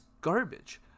garbage